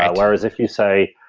whereas, if you say,